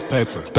Paper